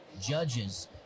judges